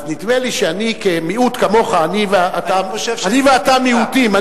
אז נדמה לי שאני, כמיעוט, כמוך, אני ואתה מיעוטים,